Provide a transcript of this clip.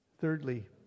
Thirdly